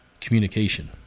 communication